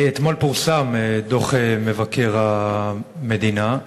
אתמול פורסם דוח מבקר המדינה,